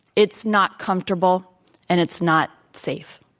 it's not comfortable and it's not safe.